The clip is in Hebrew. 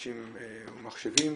'אנשים ומחשבים'.